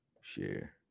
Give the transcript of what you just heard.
Share